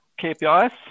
KPIs